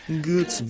good